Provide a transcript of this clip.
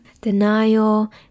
denial